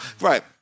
Right